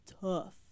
tough